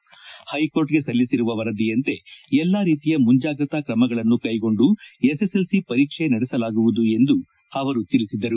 ಷ್ಟೆಕೋರ್ಟ್ಗೆ ಸಲ್ಲಿಸಿರುವ ವರದಿಯಂತೆ ಎಲ್ಲಾ ರೀತಿಯ ಮುಂಜಾಗ್ರತಾ ಕ್ರಮಗಳನ್ನು ಕೈಗೊಂಡು ಎಸ್ಎಸ್ಎಲ್ಸಿ ಪರೀಕ್ಷೆ ನಡೆಸಲಾಗುವುದು ಎಂದು ಅವರು ತಿಳಿಸಿದರು